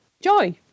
joy